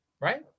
right